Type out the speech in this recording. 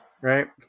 right